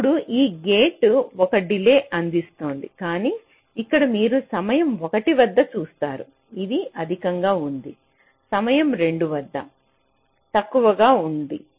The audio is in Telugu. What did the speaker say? ఇప్పుడు ఈ గేట్ 1 డిలే అందిస్తోంది కానీ ఇక్కడ మీరు సమయం 1 వద్ద చూస్తారు ఇది అధికంగా ఉంది సమయం 2 వద్ద తక్కువగా ఉంది